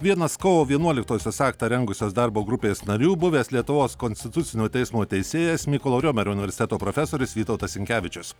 vienas kovo vienuoliktosios aktą rengusios darbo grupės narių buvęs lietuvos konstitucinio teismo teisėjas mykolo romerio universiteto profesorius vytautas sinkevičius